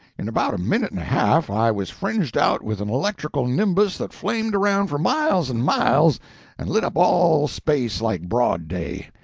in about a minute and a half i was fringed out with an electrical nimbus that flamed around for miles and miles and lit up all space like broad day.